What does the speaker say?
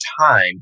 time